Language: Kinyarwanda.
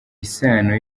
isano